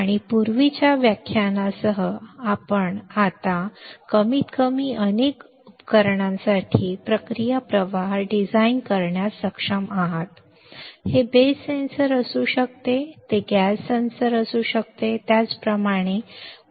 आणि पूर्वीच्या व्याख्यानासह आता आपण कमीतकमी अनेक उपकरणांसाठी प्रक्रिया प्रवाह डिझाइन करण्यास सक्षम आहात हे बस सेन्सर असू शकते ते गॅस सेन्सर असू शकते त्याचप्रमाणे मायक्रो हीटर असू शकते